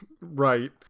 Right